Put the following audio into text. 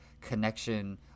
connection